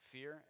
Fear